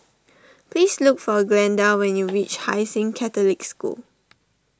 please look for Glenda when you reach Hai Sing Catholic School